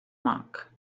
monk